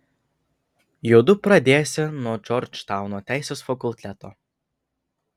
juodu pradėsią nuo džordžtauno teisės fakulteto